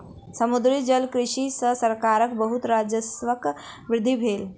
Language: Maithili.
समुद्री जलकृषि सॅ सरकारक बहुत राजस्वक वृद्धि भेल